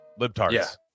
libtards